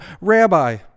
Rabbi